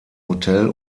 hotel